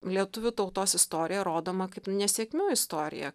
lietuvių tautos istorija rodoma kaip nesėkmių istorija